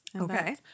okay